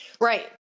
Right